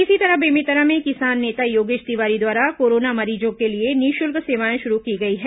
इसी तरह बेमेतरा में किसान नेता योगेश तिवारी द्वारा कोरोना मरीजों के लिए निःशुल्क सेवाएं शुरू की गई हैं